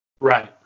Right